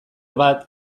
bat